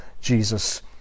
Jesus